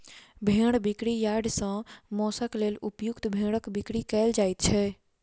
भेंड़ बिक्री यार्ड सॅ मौंसक लेल उपयुक्त भेंड़क बिक्री कयल जाइत छै